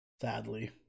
sadly